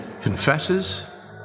confesses